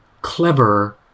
clever